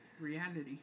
Reality